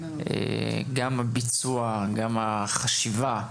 גם הביצוע, גם החשיבה,